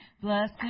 blessed